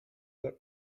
got